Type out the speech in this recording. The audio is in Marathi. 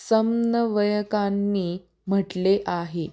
समन्वयकांनी म्हटले आहे